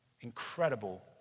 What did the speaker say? incredible